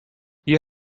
you